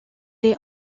est